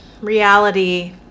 reality